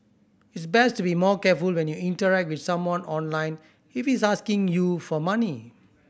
it's best to be more careful when you interact with someone online if he's asking you for money